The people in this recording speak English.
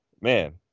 man